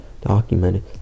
documented